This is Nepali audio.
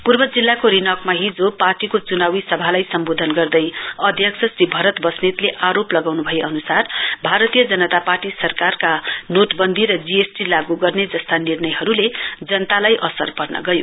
पूर्व जिल्लाको रिनकमा हिजो पार्टीको च्नावी सभालाई सम्वोधन गर्दै अध्यक्ष श्री भारत वस्नेतले आरोप लगाउन् भए अन्सार भारतीय जनता पार्टी सरकारका नोटवन्दी र जीएसटी लागू गर्ने जस्ता निर्णयहरुले जनतालाई असर पर्न गयो